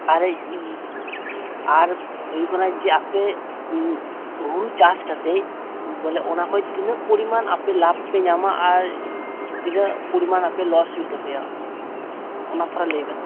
ᱟᱨ ᱤᱧ ᱟᱨ ᱦᱩᱭᱩᱜ ᱠᱟᱱᱟ ᱡᱮ ᱟᱯᱮ ᱦᱳᱲᱳ ᱪᱟᱥ ᱠᱟᱛᱮ ᱚᱱᱟ ᱠᱷᱚᱡ ᱛᱤᱱᱟᱹᱜ ᱯᱚᱨᱤᱢᱟᱱ ᱟᱯᱮ ᱞᱟᱵᱽ ᱯᱮ ᱧᱟᱢᱼᱟ ᱟᱨ ᱛᱤᱱᱟᱹᱜ ᱯᱚᱨᱤᱢᱟᱱ ᱟᱯᱮ ᱞᱚᱥ ᱦᱩᱭᱩᱜ ᱛᱟᱯᱮᱭᱟ ᱚᱱᱟ ᱛᱷᱚᱲᱟ ᱞᱟᱹᱭ ᱵᱮᱱ